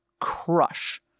crush